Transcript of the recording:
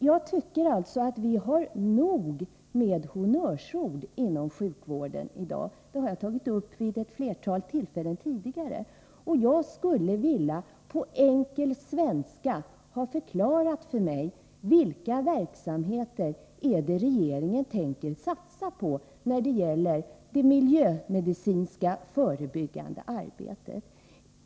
Jag tycker att vi har nog med honnörsord inom sjukvården i dag — det har jag tagit upp vid ett flertal tillfällen tidigare. Jag skulle vilja ha förklarat för mig på enkel svenska vilka verksamheter det är regeringen tänker satsa på när det gäller det miljömedicinska, förebyggande arbetet.